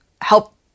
help